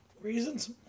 Reasons